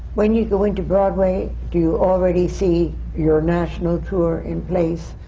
when you go into broadway, do you already see your national tour in place?